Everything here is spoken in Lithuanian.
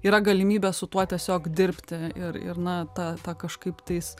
yra galimybė su tuo tiesiog dirbti ir ir na tą tą kažkaip tais